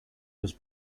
was